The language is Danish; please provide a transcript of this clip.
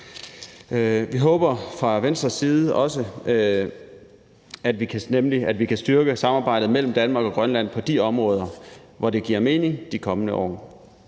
Vi håber fra Venstres side nemlig også, at vi i de kommende år kan styrke samarbejdet mellem Danmark og Grønland på de områder, hvor det giver mening. På Færøerne er